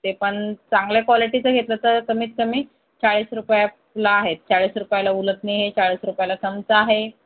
ते पण चांगल्या कॉलीटीचं घेतलं तर कमीत कमी चाळीस रुपयाला आहेत चाळीस रुपयाला उलथणी चाळीस रुपयाला चमचा आहे